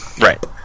Right